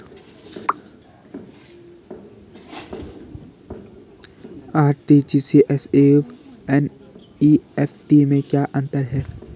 RTGS एवं NEFT में क्या अंतर है?